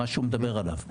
מה שהוא מדבר עליו,